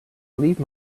leave